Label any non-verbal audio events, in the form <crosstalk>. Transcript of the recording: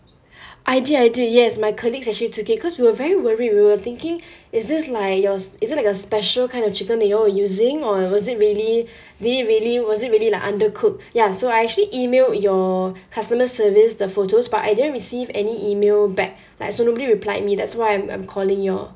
<breath> I did I did yes my colleagues actually took it cause we were very worried we were thinking <breath> is this like your is it like a special kind of chicken that you all were using or was it really <breath> did it really was it really like undercooked ya so I actually emailed your customer service the photos but I didn't receive any email back like so nobody replied me that's why I'm I'm calling you all